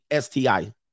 STI